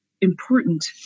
important